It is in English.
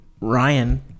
Ryan